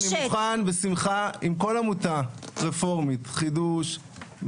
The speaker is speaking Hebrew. אני מוכן בשמחה עם כל עמותה רפורמית חידוש,